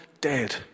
dead